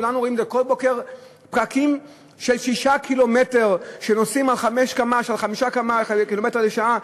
כולנו רואים כל בוקר פקקים של 6 קילומטר שנוסעים על 5 קילומטר לשעה,